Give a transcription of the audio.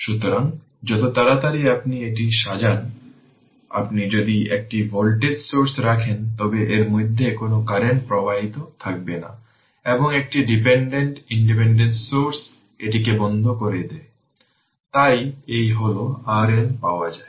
সুতরাং যত তাড়াতাড়ি আপনি এটি সাজান আপনি যদি একটি ভোল্টেজ সোর্স রাখেন তবে এর মাধ্যমে কোনও কারেন্ট থাকবে না এবং একটি ডিপেন্ডেন্ট ইন্ডিপেন্ডেন্ট সোর্স এটিকে বন্ধ করে দেয় তাই এই হল RN পাওয়া যায়